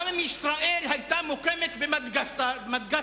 גם אם ישראל היתה ממוקמת במדגסקר,